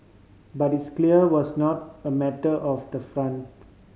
but this clearly was not a matter of the front